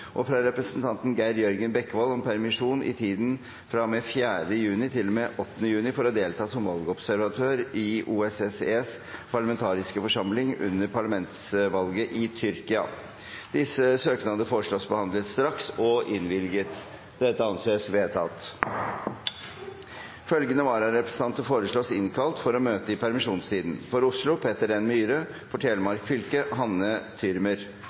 og inntil videre fra representanten Geir Jørgen Bekkevold om permisjon i tiden fra og med 4. juni til og med 8. juni for å delta som valgobservatør for OSSEs parlamentariske forsamling under parlamentsvalget i Tyrkia Etter forslag fra presidenten ble enstemmig besluttet: Søknadene behandles straks og innvilges. Følgende vararepresentanter innkalles for å møte i permisjonstiden: For Oslo: Peter N. MyhreFor Telemark fylke: Hanne